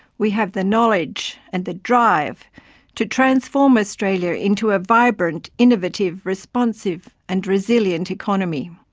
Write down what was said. we have the knowledge and the drive to transform australia into a vibrant, innovative, responsive and resilient economy.